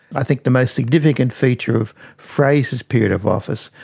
i think the most significant feature of fraser's period of office,